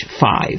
five